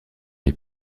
les